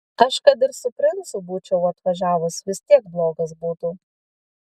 aš kad ir su princu būčiau atvažiavus vis tiek blogas būtų